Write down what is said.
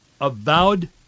avowed